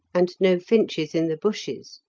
and no finches in the bushes.